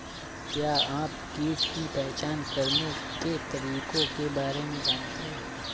क्या आप कीट की पहचान करने के तरीकों के बारे में जानते हैं?